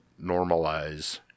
normalize